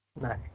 No